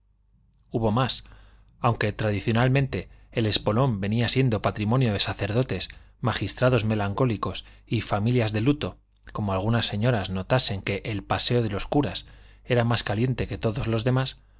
hubo más aunque tradicionalmente el espolón venía siendo patrimonio de sacerdotes magistrados melancólicos y familias de luto como algunas señoras notasen que el paseo de los curas era más caliente que todos los demás